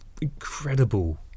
incredible